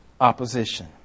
Opposition